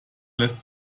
lässt